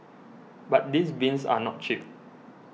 but these bins are not cheap